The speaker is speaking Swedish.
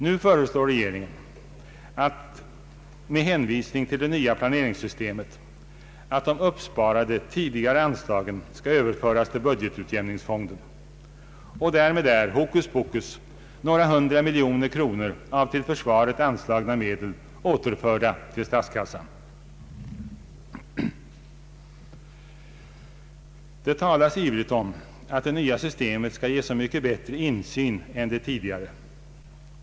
Nu föreslår regeringen med hänvisning till det nya planeringssystemet att de uppsparade tidigare anslagen skall överföras till budgetutjämningsfonden. Därmed är — hokus pokus — några hundra miljoner av till försvaret anslagna medel återförda till statskassan. Det talas ivrigt om att det nya systemet skall ge så mycket bättre insyn än det tidigare.